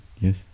Yes